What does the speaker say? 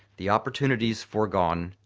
the opportunities foregone,